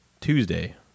Tuesday